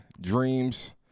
Dreams